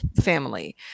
family